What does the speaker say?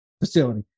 facility